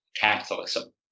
capitalism